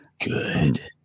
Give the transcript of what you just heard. Good